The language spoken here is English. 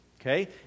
Okay